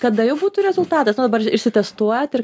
kada jau būtų rezultatas va dabar pavyzdžiui išsitestuojat ir